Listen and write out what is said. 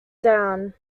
down